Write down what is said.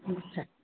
हुन्छ